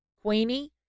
queenie